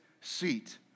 seat